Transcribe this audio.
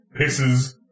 pisses